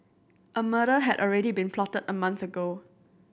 a murder had already been plotted a month ago